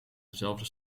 dezelfde